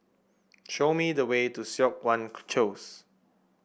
show me the way to Siok Wan